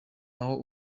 aho